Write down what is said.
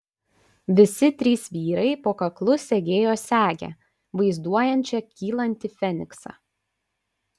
visi trys vyrai po kaklu segėjo segę vaizduojančią kylantį feniksą